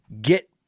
get